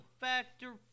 Factor